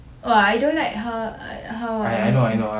oh I don't like how I how I met